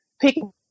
picking